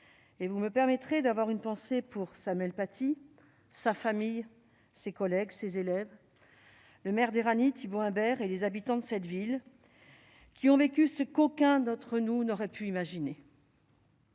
Vous me permettrez d'avoir une pensée pour Samuel Paty, sa famille, ses collègues, ses élèves, le maire de cette ville, Thibault Humbert, et ses habitants qui ont vécu ce qu'aucun d'entre nous n'aurait pu imaginer.